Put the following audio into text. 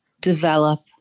develop